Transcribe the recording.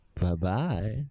Bye-bye